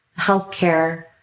healthcare